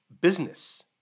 business